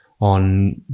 on